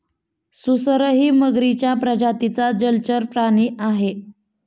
सुसरही मगरीच्या प्रजातीचा जलचर प्राणी आहे